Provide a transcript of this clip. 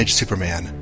superman